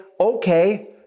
okay